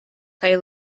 kaj